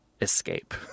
escape